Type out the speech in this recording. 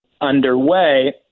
underway